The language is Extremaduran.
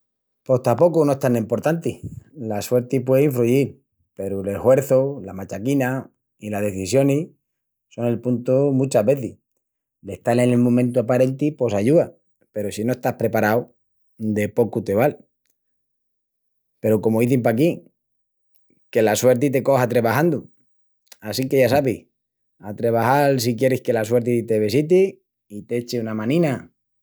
Pos tapocu no es tan emportanti. La suerti puei infruyil, peru l'eshuerçu, la machaquina i las decisionis son el puntu muchas vezis. L'estal nel momentu aparenti pos ayúa, peru si no estás preparau, de pocu te val. Peru comu izin paquí, que la suerti te coja trebajandu. Assinque ya sabis, a trebajal si quieris que la suerti te vesiti i t'echi una manina.